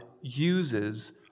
uses